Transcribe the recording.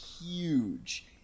huge